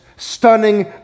Stunning